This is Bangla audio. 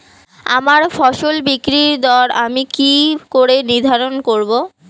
আমার ফসল বিক্রির দর আমি কি করে নির্ধারন করব?